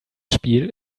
spiel